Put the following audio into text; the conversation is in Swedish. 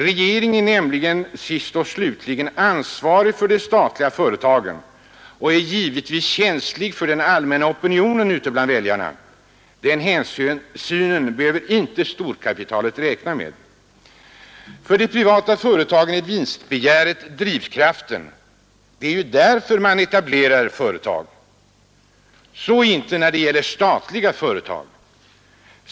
Regeringen bär nämligen sist och slutligen ansvar för de statliga företagen och är givetvis känslig för den allmänna opinionen ute bland väljarna. Den hänsynen behöver inte storkapitalet ta. För de privata företagen är vinstbegäret drivkraften. Det är ju därför man etablerar privatägda företag. Så är det inte då det gäller de statliga företagen.